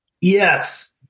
Yes